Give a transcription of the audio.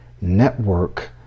network